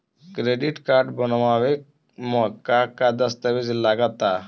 Credit card बनवावे म का का दस्तावेज लगा ता?